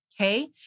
Okay